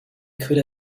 could